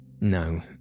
No